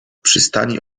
przystani